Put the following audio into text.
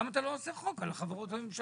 למה אתה לא עושה חוק על החברות הממשלתיות,